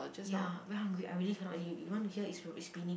ya very hungry I really cannot already you want to hear it's it's spinning